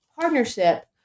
partnership